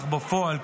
אך בפועל,